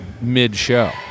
mid-show